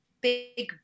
big